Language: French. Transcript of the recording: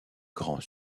grands